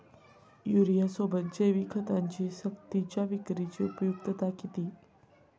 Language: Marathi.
युरियासोबत जैविक खतांची सक्तीच्या विक्रीची उपयुक्तता किती?